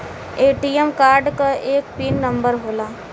ATM card क एक pin number होला